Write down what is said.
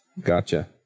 Gotcha